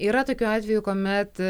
yra tokių atvejų kuomet